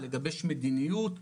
לגבש מדיניות,